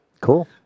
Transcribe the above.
Cool